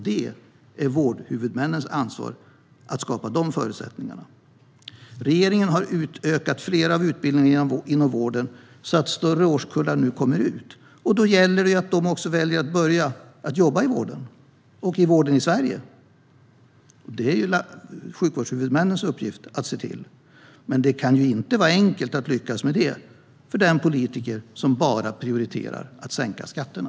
Det är vårdhuvudmännens ansvar att skapa dessa förutsättningar. Regeringen har utökat flera utbildningar inom vården så att större årskullar snart kommer ut. Då gäller det att de också väljer att börja jobba i vården och i Sverige. Det är sjukvårdshuvudmännens uppgift att se till. Men det kan inte vara enkelt att lyckas med det för den politiker som bara prioriterar att sänka skatterna.